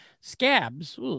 scabs